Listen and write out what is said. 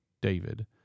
David